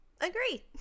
Agree